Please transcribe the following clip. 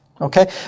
Okay